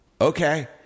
okay